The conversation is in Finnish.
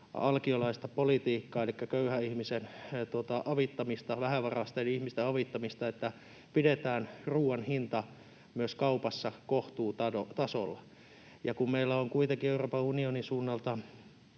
alkiolaista politiikkaa, elikkä köyhän ihmisen avittamista, vähävaraisten ihmisten avittamista, että pidetään ruoan hinta myös kaupassa kohtuutasolla. Ja kun meillä on kuitenkin Euroopan unionin suunnalta